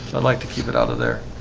i'd like to keep it out of there.